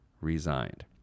resigned